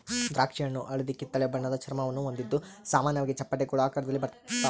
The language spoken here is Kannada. ದ್ರಾಕ್ಷಿಹಣ್ಣು ಹಳದಿಕಿತ್ತಳೆ ಬಣ್ಣದ ಚರ್ಮವನ್ನು ಹೊಂದಿದ್ದು ಸಾಮಾನ್ಯವಾಗಿ ಚಪ್ಪಟೆ ಗೋಳಾಕಾರದಲ್ಲಿರ್ತಾವ